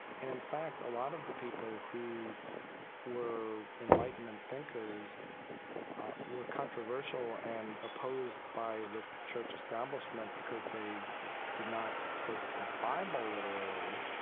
and in fact a lot of the people who were enlightenment thinkers were controversial and opposed by the church establishment because they did not take the bible literally.